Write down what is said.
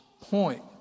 point